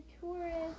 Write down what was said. Tourist